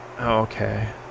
okay